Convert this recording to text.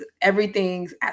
Everything's